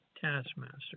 taskmaster